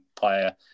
player